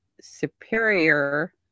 superior